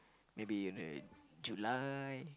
maybe you know in July